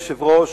אדוני היושב-ראש,